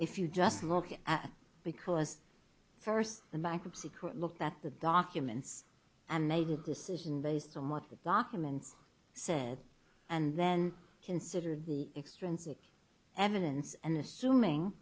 if you just look at because first the bankruptcy court looked at the documents and made a decision based on what the documents said and then considered the extrinsic evidence and assuming